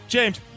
James